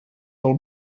del